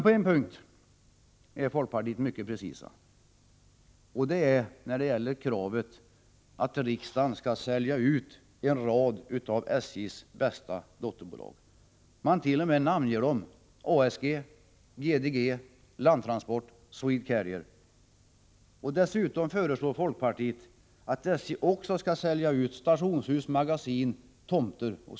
På en punkt har folkpartiet mycket precisa krav — man vill att riksdagen skall sälja ut en rad av SJ:s bästa dotterbolag. Man t.o.m. namnger dem: ASG, GDG, Landtransport, Swedcarrier. Dessutom föreslår folkpartiet att SJ också skall sälja ut stationshus, magasin, tomter etc.